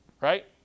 right